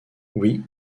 oui